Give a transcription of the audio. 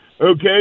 okay